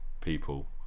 people